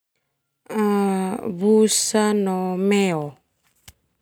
Busa no meo.